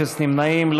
אפס נמנעים.